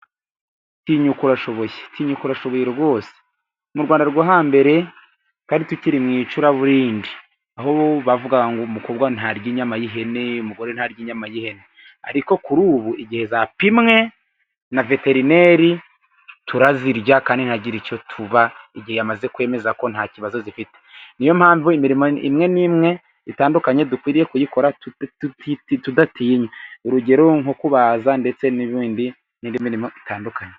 Tinyuka urashoboye, tinyuka urashoboye rwose. Mu Rwanda rwo hambere twari tukiri mu icuraburindi, aho bavugaga ngo umukobwa ntarya inyama y'ihene, umugore ntarya inyama y'ihene, ariko kuri ubu igihe zapimwe na veterineri turazirya kandi ntihagire icyo tuba, igihe yamaze kwemeza ko nta kibazo zifite, niyo mpamvu imirimo imwe n'imwe itandukanye dukwiriye kuyikora tudatinya urugero nko kubaza ndetse n'ibindi n'indi mirimo itandukanye.